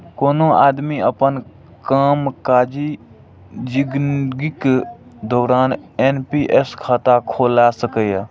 कोनो आदमी अपन कामकाजी जिनगीक दौरान एन.पी.एस खाता खोला सकैए